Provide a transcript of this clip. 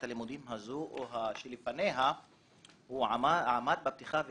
הלימודים הזו או שלפניה עמד בפתיחה ואמר,